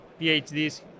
PhDs